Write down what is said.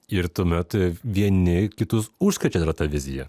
ir tuomet vieni kitus užkrečia ta vizija